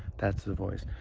that's the voice.